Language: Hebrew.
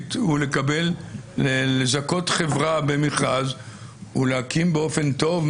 חיובית ולזַכּוֹת חברה במכרז ולהקים באופן טוב,